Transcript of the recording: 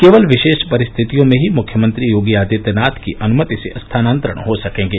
केवल विशेष परिस्थितियों में ही मुख्यमंत्री योगी आदित्यनाथ की अनुमति से स्थानान्तरण हो सकेंगे